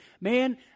Man